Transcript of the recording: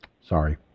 Sorry